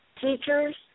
teachers